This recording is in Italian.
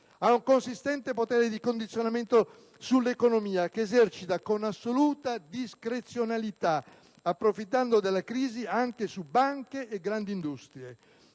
Ha un consistente potere di condizionamento sull'economia, che esercita con assoluta discrezionalità, approfittando della crisi, anche su banche e grandi industrie.